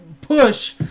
push